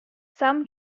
some